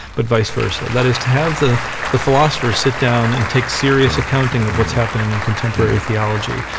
but vice-versa. that is to have the the philosophers sit down and take serious accounting of what's happening in contemporary theology.